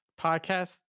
Podcast